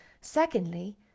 secondly